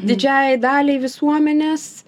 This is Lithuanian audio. didžiajai daliai visuomenės